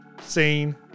seen